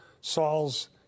Saul's